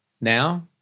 now